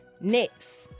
next